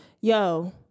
Yo